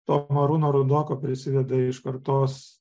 to arūno rudoko prisideda iš kartos